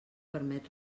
permet